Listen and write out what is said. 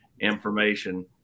information